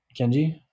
Kenji